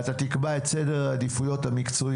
ואחרי שאתה תקבע את סדר העדיפויות המקצועי